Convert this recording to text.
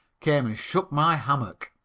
came and shook my hammock.